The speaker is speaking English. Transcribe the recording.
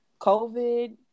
COVID